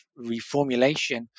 reformulation